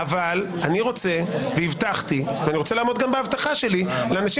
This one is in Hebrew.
אבל אני רוצה לעמוד גם בהבטחה שלי לאנשים